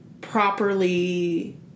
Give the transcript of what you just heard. properly